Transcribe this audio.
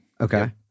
Okay